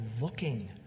looking